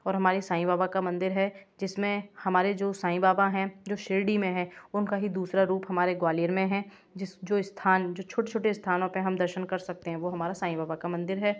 और हमारी साईं बाबा का मंदिर है जिस में हमारे जो साईं बाबा हैं जो शिरडी में है उनका ही दूसरा रूप हमारे ग्वालियर में है जिस जो स्थान जो छोटे छोटे स्थानों पर हम दर्शन कर सकते हैं वो हमारा साईं बाबा का मंदिर है